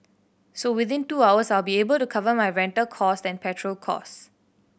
so within two hours I'll be able to cover my rental cost than petrol cost